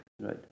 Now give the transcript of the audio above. Right